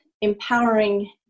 empowering